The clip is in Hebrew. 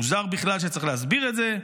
מוזר בכלל שצריך להסביר את זה.